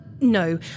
no